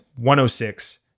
106